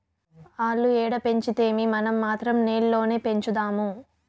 ఆల్లు ఏడ పెంచితేమీ, మనం మాత్రం నేల్లోనే పెంచుదాము